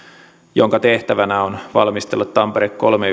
jonka tehtävänä on valmistella tampere kolme